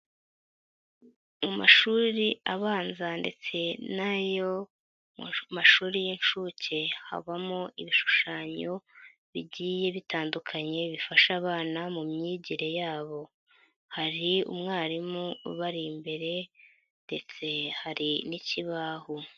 Mu mashuri abanza ndetse n'ayo mu mashuri y'inshuke habamo ibishushanyo bigiye bitandukanye bifasha abana mu myigire yabo, hari umwarimu ubari imbere ndetse hari n'ikibaho.